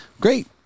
Great